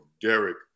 Derek